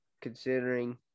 considering